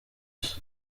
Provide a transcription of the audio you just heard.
isi